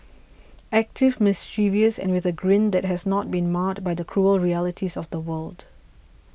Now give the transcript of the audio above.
active mischievous and with a grin that has not been marred by the cruel realities of the world